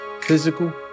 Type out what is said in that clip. physical